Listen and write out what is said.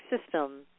system